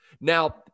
Now